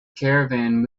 caravan